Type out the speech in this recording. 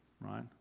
right